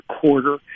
quarter